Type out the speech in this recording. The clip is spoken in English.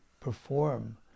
perform